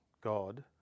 God